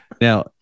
Now